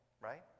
right